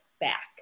back